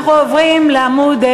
אנחנו עוברים לעמוד,